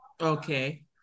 okay